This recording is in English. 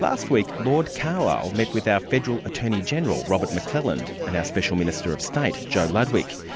last week, lord carlile met with our federal attorney-general, robert mcclelland, and our special minister of state, joe ludwick.